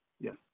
yes